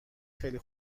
خیلی